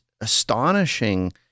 astonishing